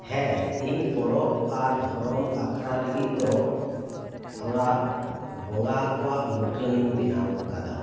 ᱦᱮᱸ ᱤᱧ ᱯᱚᱨᱚᱵᱽ ᱟᱨ ᱫᱷᱚᱨᱚᱢ ᱟᱠᱷᱟᱲᱟ ᱞᱟᱹᱜᱤᱫ ᱫᱚ ᱛᱷᱚᱲᱟ ᱵᱚᱸᱜᱟ ᱠᱚᱣᱟᱜ ᱢᱩᱴᱷᱟᱹ ᱤᱧ ᱵᱮᱱᱟᱣ ᱟᱠᱟᱫᱟ